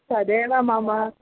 तदेव मम